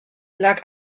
lag